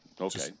Okay